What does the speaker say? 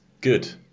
good